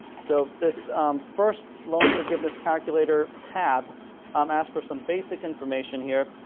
so, this first loan forgiveness calculator tab um asks for some basic information here.